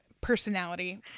personality